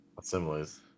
assemblies